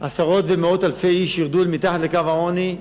עשרות ומאות אלפי איש ירדו אל מתחת לקו העוני,